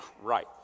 right